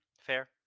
Fair